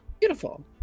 Beautiful